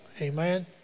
Amen